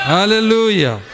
Hallelujah